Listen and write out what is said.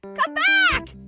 come back.